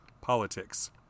politics